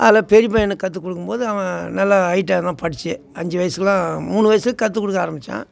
அதில் பெரிய பையனுக்கு கற்று கொடுக்கும் போது அவன் நல்லா ஹயிட்டாக இருந்தான் படித்து அஞ்சு வயசுக்குலாம் மூணு வயசுக்கு கற்று கொடுக்க ஆரம்மிச்சேன்